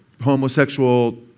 homosexual